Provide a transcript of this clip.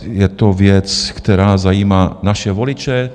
Je to věc, která zajímá naše voliče.